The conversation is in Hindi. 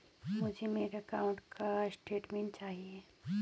मुझे मेरे अकाउंट का स्टेटमेंट चाहिए?